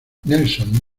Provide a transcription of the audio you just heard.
nelson